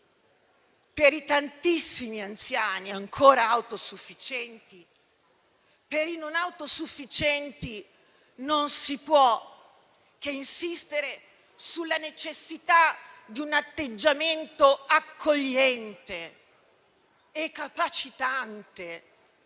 per i tantissimi anziani ancora autosufficienti, per i non autosufficienti non si può che insistere sulla necessità di un atteggiamento accogliente e capacitante,